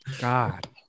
God